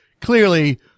Clearly